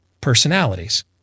personalities